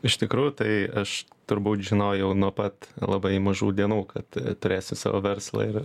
iš tikrųjų tai aš turbūt žinojau nuo pat labai mažų dienų kad turėsi savo verslą ir